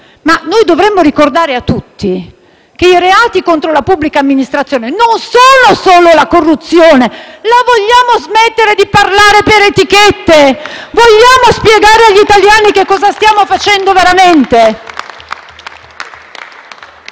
ma noi dovremmo ricordare a tutti che i reati contro la pubblica amministrazione non sono solo la corruzione. La vogliamo smettere di parlare per etichette? *(Applausi dal Gruppo FI-BP)*. Vogliamo spiegare agli italiani che cosa stiamo facendo veramente?